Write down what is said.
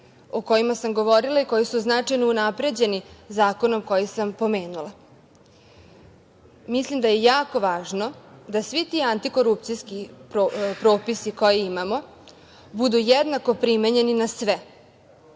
o kojima sam govorila i koje su značajno unapređene zakonom koji sam pomenula. Mislim da je jako važno da svi ti antikorupcijski propisi koje imamo budu jednako primenjeni na sve,